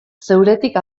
zeuretik